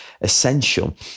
essential